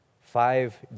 five